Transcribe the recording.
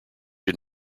did